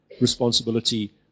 responsibility